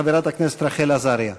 חברת הכנסת רחל עזריה.